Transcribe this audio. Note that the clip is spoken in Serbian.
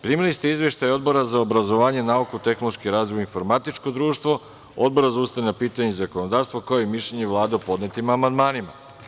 Primili ste izveštaje Odbora za obrazovanje, nauku, tehnološki razvoj i informatičko društvo, Odbora za ustavna pitanja i zakonodavstvo, kao i mišljenje Vlade o podnetim amandmanima.